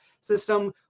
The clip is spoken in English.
system